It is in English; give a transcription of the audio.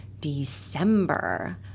December